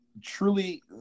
truly